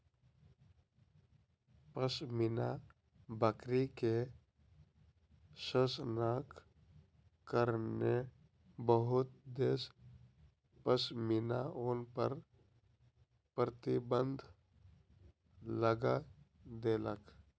पश्मीना बकरी के शोषणक कारणेँ बहुत देश पश्मीना ऊन पर प्रतिबन्ध लगा देलक